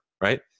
right